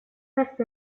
festa